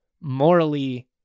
morally